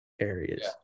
areas